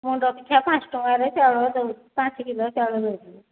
ମୁଣ୍ଡ ପିଛା ପାଞ୍ଚ ଟଙ୍କାରେ ଚାଉଳ ଦେଉଛି ପାଞ୍ଚ କିଲୋ ଚାଉଳ ଦେଉଛି